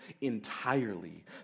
entirely